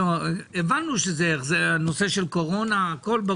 הבנו שזה נושא של קורונה, הכול ברור.